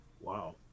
Wow